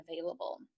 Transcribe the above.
available